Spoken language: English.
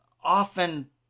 often